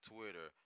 Twitter